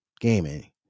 gaming